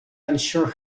unsure